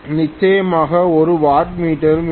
நிச்சயமாக ஒரு வாட்மீட்டரும் வேண்டும்